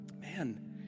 man